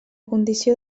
condició